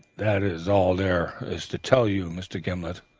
that is all there is to tell you, mr. gimblet.